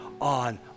on